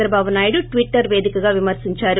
ప్రభాబు Naidu Twitter పేదికగా విమర్శిందారు